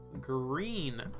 green